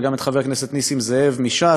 וגם את חבר הכנסת לשעבר נסים זאב מש"ס,